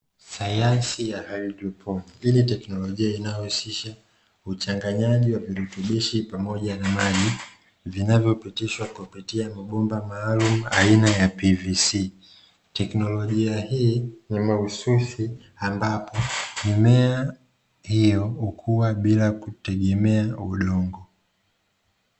Sayansi ya haidroponi teknolojia hii inahusisha uchanganyaji wa virutubisho pamoja na maji, vinavyopitishwa kupitia mabomba maalum aina ya (PVC). Teknolojia hii ni mahususi, ambapo mmea hiyo hukua bila kutegemea udongo.